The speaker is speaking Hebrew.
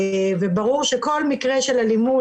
ברור שכל מקרה של אלימות,